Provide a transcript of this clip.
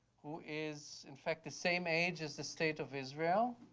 who is in fact the same age as the state of israel.